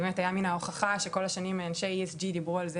זו באמת הייתה ההוכחה שכל השנים אנשי ESG דיברו על זה